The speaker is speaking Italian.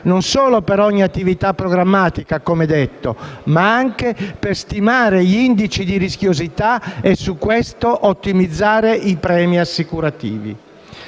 detto, per ogni attività programmatica, ma anche per stimare gli indici di rischiosità e su questi ottimizzare i premi assicurativi.